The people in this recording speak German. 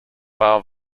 bar